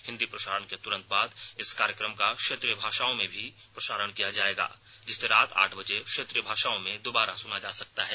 हिन्दी प्रसारण के तुरंत बाद इस कार्यक्रम का क्षेत्रीय भाषाओं में भी प्रसारण किया जाएगा जिसे रात आठ बजे क्षेत्रीय भाषाओं में दोबारा सुना जा सकता है